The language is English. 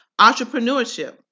Entrepreneurship